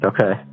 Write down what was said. Okay